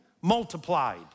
multiplied